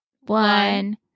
one